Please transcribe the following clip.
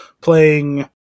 playing